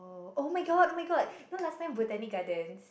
oh-my-god oh-my-god you know last time Botanic-Gardens